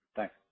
Thanks